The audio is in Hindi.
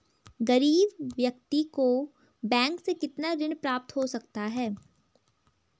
गरीब व्यक्ति को बैंक से कितना ऋण प्राप्त हो सकता है?